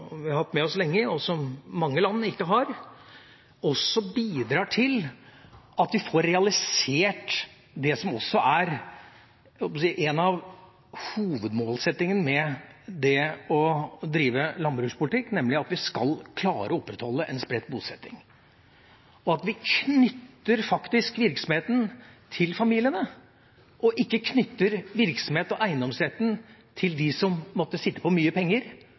vi har hatt med oss lenge, og som mange land ikke har – også bidrar til at vi får realisert det som er en av hovedmålsettingene med det å drive landbrukspolitikk, nemlig at vi skal klare å opprettholde en spredt bosetting, og at vi knytter virksomheten til familiene og ikke knytter virksomhet og eiendomsretten til dem som måtte sitte på mye penger,